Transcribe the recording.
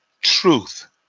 truth